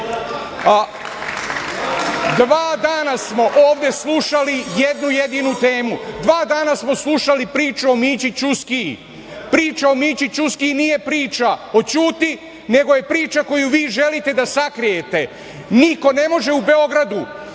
dana smo ovde slušali jednu jedinu temu. Dva dana smo slušali priče u Mići Ćuskiji. Priča o Mići Ćuskiji nije priča o Ćuti, nego je priča koju vi želite da sakrijete. Niko ne može u Beogradu